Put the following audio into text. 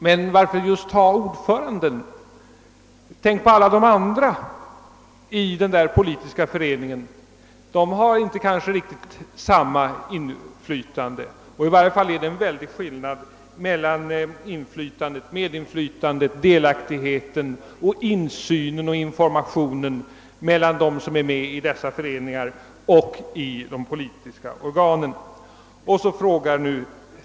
Men varför just ta ordföranden som exempel? Tänk på alla de andra i den där föreningen; de har inte samma inflytande. Och under alla förhållanden är det en mycket stor skillnad mellan medinflytandet, delaktigheten, insynen och informationen för dem som är med i sådana föreningar och för dem som sitter i de politiska organen.